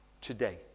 Today